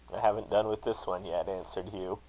haven't done with this one yet, answered hugh.